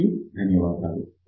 అందరికీ ధన్యవాదాలు